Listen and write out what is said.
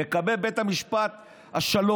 2. לגבי בית משפט השלום,